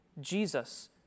Jesus